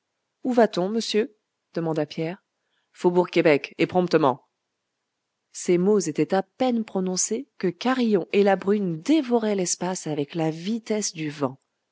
où va-t-on monsieur demanda pierre faubourg québec et promptement ces mots étaient à peine prononcés que carillon et la brune dévoraient l'espace avec la vitesse du vent